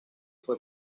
fue